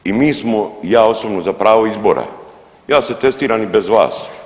I mi smo, ja osobno za pravo izbora, ja se testiram i bez vas.